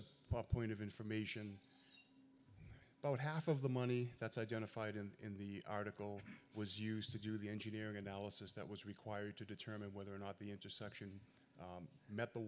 puppet of information about half of the money that's identified in the article was used to do the engineering analysis that was required to determine whether or not the intersection met the